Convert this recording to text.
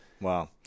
Wow